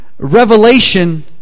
Revelation